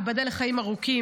ייבדל לחיים ארוכים,